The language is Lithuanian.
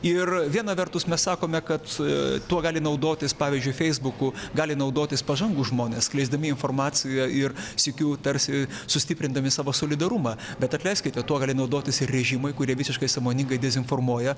ir viena vertus mes sakome kad tuo gali naudotis pavyzdžiui feisbuku gali naudotis pažangūs žmonės skleisdami informaciją ir sykiu tarsi sustiprindami savo solidarumą bet atleiskite tuo gali naudotis ir režimai kurie visiškai sąmoningai dezinformuoja